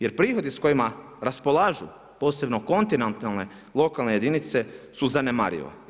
Jer prihodi s kojima raspolažu, posebno kontinentalne lokalne jedinice su zanemarive.